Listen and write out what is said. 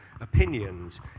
opinions